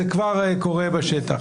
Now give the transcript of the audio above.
זה כבר קורה בשטח.